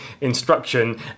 instruction